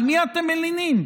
על מי אתם מלינים?